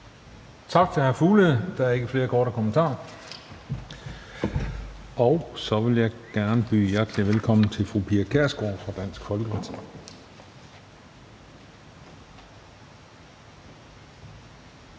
Tak til hr. Mads Fuglede. Der er ikke flere korte bemærkninger. Så vil jeg gerne byde hjertelig velkommen til fru Pia Kjærsgaard fra Dansk Folkeparti.